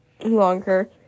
longer